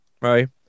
right